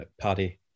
Paddy